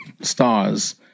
stars